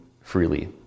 freely